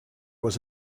was